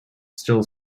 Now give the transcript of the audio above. still